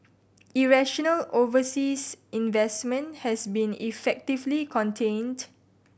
irrational overseas investment has been effectively contained